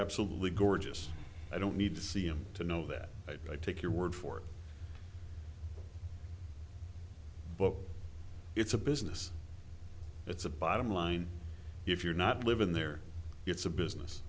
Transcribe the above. absolutely gorgeous i don't need to see him to know that i take your word for it but it's a business it's a bottom line if you're not living there it's a business